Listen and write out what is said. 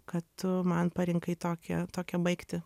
kad tu man parinkai tokią tokią baigtį